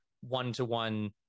one-to-one